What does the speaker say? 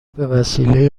بهوسیله